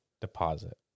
deposit